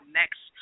next